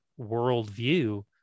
worldview